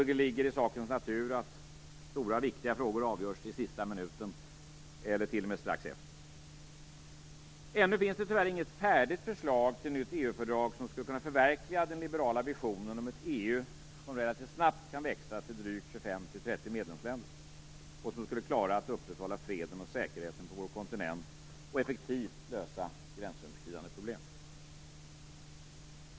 Det ligger i sakens natur att stora viktiga frågor avgörs i sista minuten, eller t.o.m. strax efter. Ännu finns det tyvärr inget färdigt förslag till nytt EU-fördrag som skulle kunna förverkliga den liberala visionen om ett EU som relativt snabbt kan växa till drygt 25-30 medlemsländer och som skulle klara att upprätthålla freden och säkerheten på vår kontinent och effektivt lösa gränsöverskridande problem.